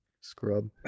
Scrub